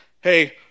hey